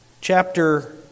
chapter